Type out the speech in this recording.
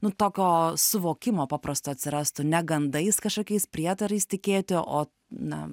nu tokio suvokimo paprasto atsirastų ne gandais kažkokiais prietarais tikėti o na